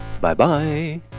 Bye-bye